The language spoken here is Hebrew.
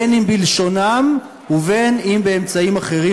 בין אם בלשונם ובין אם באמצעים אחרים,